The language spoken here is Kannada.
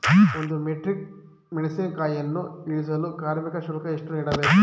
ಒಂದು ಮೆಟ್ರಿಕ್ ಮೆಣಸಿನಕಾಯಿಯನ್ನು ಇಳಿಸಲು ಕಾರ್ಮಿಕ ಶುಲ್ಕ ಎಷ್ಟು ನೀಡಬೇಕು?